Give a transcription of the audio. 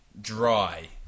dry